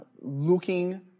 looking